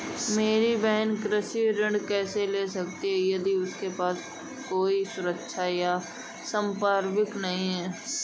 मेरी बहिन कृषि ऋण कैसे ले सकती है यदि उसके पास कोई सुरक्षा या संपार्श्विक नहीं है?